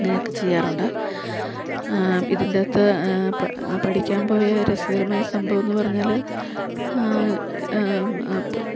അങ്ങനെ ഒക്കെ ചെയ്യാറുണ്ട് ഇതിന്റകത്ത് ആ പഠിക്കാൻ പോയ രസകരമായ സംഭവം എന്ന് പറഞ്ഞാല് അപ്പ്